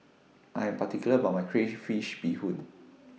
I Am particular about My Crayfish Beehoon